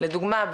לדוגמא,